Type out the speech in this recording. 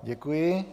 Děkuji.